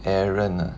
aaron